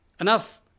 enough